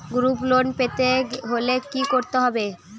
Group loan পেতে হলে কি করতে হবে?